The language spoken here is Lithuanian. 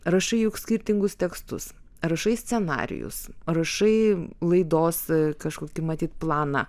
rašai juk skirtingus tekstus rašai scenarijus rašai laidos kažkokį matyt planą